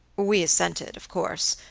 we assented, of course,